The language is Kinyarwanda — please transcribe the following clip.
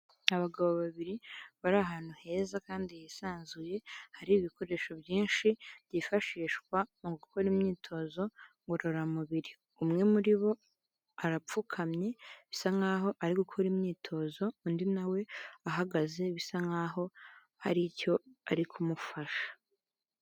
Abagabo babiri bari ahantu heza kandi hisanzuye hari ibikoresho byinshi byifashishwa mu gukora imyitozo ngororamubiri, umwe muri bo arapfukamye bisa nkaho ari gukora imyitozo undi nawe ahagaze bisa nkaho hari icyo ari kumufasha.